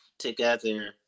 together